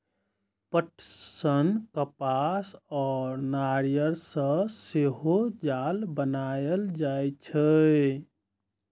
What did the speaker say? पटसन, कपास आ नायलन सं सेहो जाल बनाएल जाइ छै